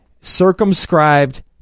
circumscribed